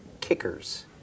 kickers